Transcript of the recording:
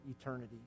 eternity